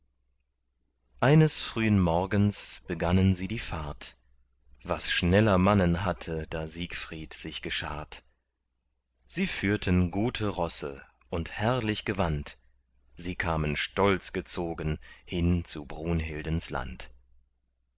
eines frühen morgens begannen sie die fahrt was schneller mannen hatte da siegfried sich geschart sie führten gute rosse und herrlich gewand sie kamen stolz gezogen hin zu brunhildens land